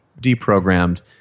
deprogrammed